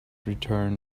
return